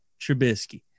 Trubisky